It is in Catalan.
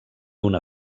una